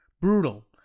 brutal